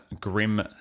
grim